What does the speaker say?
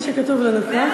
זה מה שכתוב לנו כאן.